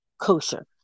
kosher